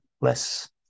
less